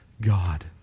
God